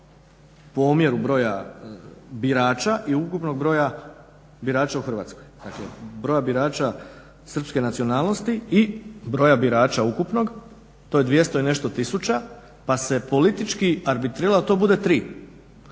po omjeru broja birača i ukupnog broja birača u Hrvatskoj, dakle broja birača srpske nacionalnosti i broja birača ukupnog, to je 200 i nešto tisuća pa se politički arbitriralo da to bude 3 izmjenama